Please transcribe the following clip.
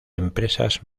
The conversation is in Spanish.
empresas